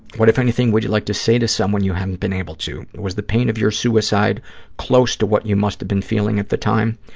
what, if anything, would you like to say to someone you haven't been able to? was the pain of your suicide close to what you must have been feeling at the time,